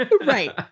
right